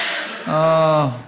אוה,